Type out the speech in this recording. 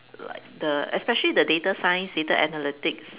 like the especially the data science data analytics